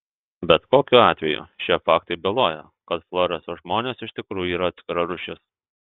bet kokiu atveju šie faktai byloja kad floreso žmonės iš tikrųjų yra atskira rūšis